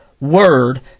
word